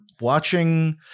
watching